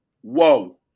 Whoa